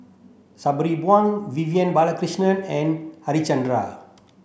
Sabri Buang Vivian Balakrishnan and Harichandra